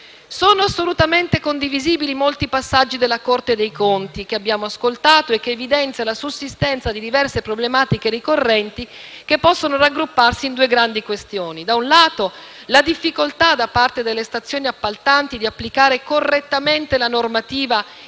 Sono assolutamente condivisibili molti passaggi della Corte dei conti che abbiamo ascoltato, in cui si evidenzia la sussistenza di diverse problematiche ricorrenti che possono raggrupparsi in due grandi questioni, una delle quali è la difficoltà da parte delle stazioni appaltanti di applicare correttamente la normativa in tema